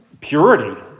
purity